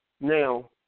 Now